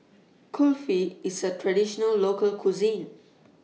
Kulfi IS A Traditional Local Cuisine